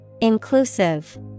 Inclusive